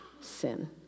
sin